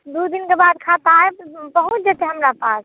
दू दिनके बाद खाता आबि पहुँच जेतै हमरा पास